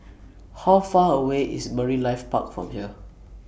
How Far away IS Marine Life Park from here